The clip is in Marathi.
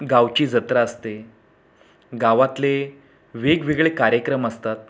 गावची जत्रा असते गावातले वेगवेगळे कार्यक्रम असतात